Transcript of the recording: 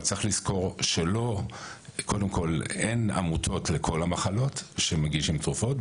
אבל צריך לזכור שאין עמותות לכל המחלות שמגישים תרופות.